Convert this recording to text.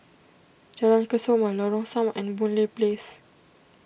Jalan Kesoma Lorong Samak and Boon Lay Place